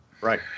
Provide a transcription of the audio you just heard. Right